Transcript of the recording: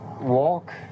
walk